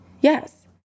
Yes